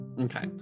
Okay